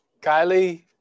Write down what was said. Kylie